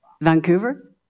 Vancouver